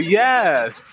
yes